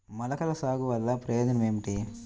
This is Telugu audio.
మొలకల సాగు వలన ప్రయోజనం ఏమిటీ?